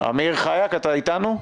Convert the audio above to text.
אמיר חייק, אתה איתנו?